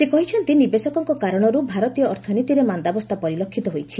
ସେ କହିଛନ୍ତି ନିବେଶକଙ୍କ କାରଣରୁ ଭାରତୀୟ ଅର୍ଥନୀତିରେ ମାନ୍ଦାବସ୍ଥା ପରିଲକ୍ଷିତ ହୋଇଛି